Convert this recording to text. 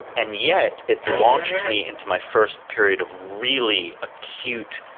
and yet it launched me into my first period of really acute,